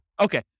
Okay